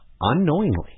unknowingly